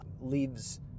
leaves